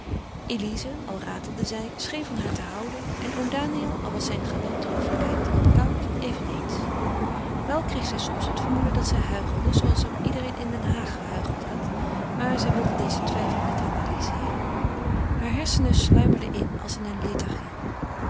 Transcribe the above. elize al ratelde zij scheen van haar te houden en oom daniël al was zijn galante hoffelijkheid wat koud eveneens wel kreeg zij soms het vermoeden dat zij huichelden zooals ook iedereen in den haag gehuicheld had maar zij wilde dezen twijfel niet analyzeeren heure hersenen sluimerden in als in eene lethargie